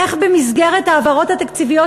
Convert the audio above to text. איך במסגרת ההעברות התקציביות,